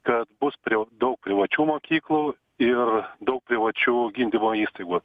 kad bus priva daug privačių mokyklų ir daug privačių gydymo įstaigų